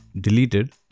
deleted